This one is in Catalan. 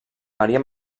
maria